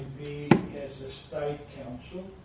a state council,